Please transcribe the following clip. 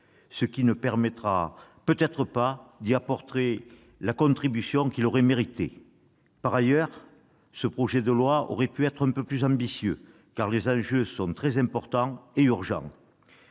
ce qui ne permettra peut-être pas d'y apporter la contribution qu'il aurait méritée. En outre, ce projet de loi aurait pu être plus ambitieux, car les enjeux sont très importants et urgents.